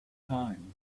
time